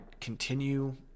continue